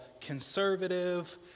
conservative